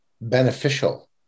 beneficial